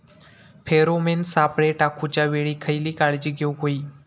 Pheromone सापळे टाकूच्या वेळी खयली काळजी घेवूक व्हयी?